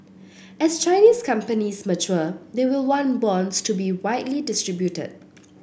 as Chinese companies mature they will want bonds to be widely distributed